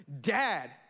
Dad